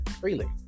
freely